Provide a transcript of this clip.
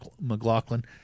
McLaughlin